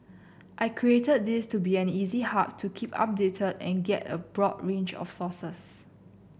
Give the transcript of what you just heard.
I created this to be an easy hub to keep updated and get a broad range of sources